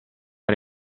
era